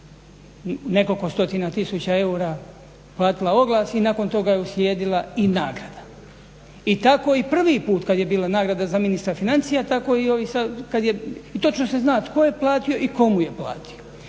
nekoliko stotina tisuća eura platila oglas i nakon toga je uslijedila i nagrada. I tako i prvi put kad je bila nagrada za ministra financija tako i ovo sad kad je, i točno se zna tko je platio i komu je platio.